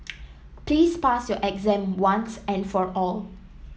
please pass your exam once and for all